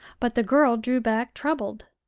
but the girl drew back, troubled.